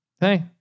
Hey